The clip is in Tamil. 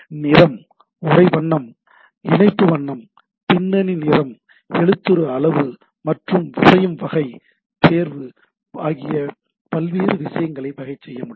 நிறம் உரை வண்ணம் இணைப்பு வண்ணம் பின்னணி நிறம் எழுத்துரு அளவு மற்றும் விஷயம் வகை தேர்வு ஆகிய பல்வேறு விஷயங்களை வகை செய்ய முடியும்